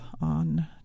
on